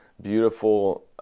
beautiful